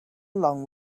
long